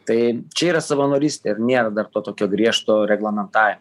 tai čia yra savanorystė ir nėra dar to tokio griežto reglamentavim